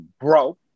bro